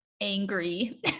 angry